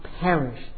perish